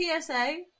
PSA